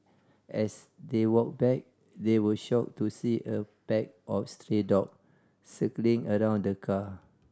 as they walked back they were shocked to see a pack of stray dog circling around the car